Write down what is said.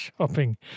shopping